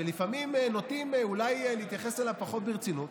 שלפעמים נוטים אולי להתייחס אליו פחות ברצינות: